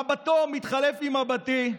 מבטו מצטלב במבטי.